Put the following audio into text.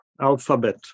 alphabet